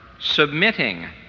submitting